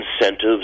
incentives